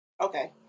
Okay